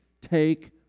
take